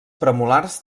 premolars